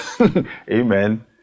Amen